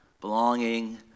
belonging